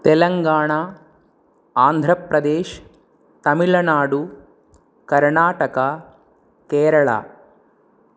Telangana Andhra Pradesh Tamil Nadu Karnataka Kerala